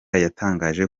yatangaje